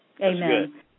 Amen